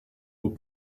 aux